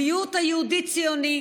המיעוט היהודי-ציוני,